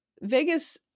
Vegas